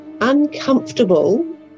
uncomfortable